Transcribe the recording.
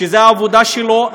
שזאת העבודה שלו,